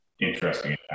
interesting